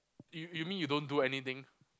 you you mean you don't do anything